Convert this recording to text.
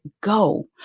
go